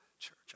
church